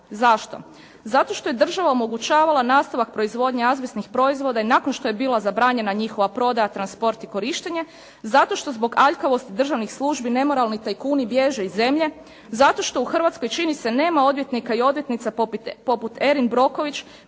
Zašto? Zato što je država omogućavala nastavak proizvodnje azbestnih proizvoda i nakon što je bila zabranjena njihova prodaja, transport i korištenje, zato što zbog aljkavosti državnih službi nemoralni tajkuni bježe iz zemlje, zato što u Hrvatskoj čini se nema odvjetnika i odvjetnica poput Erin Brockovich